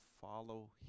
follow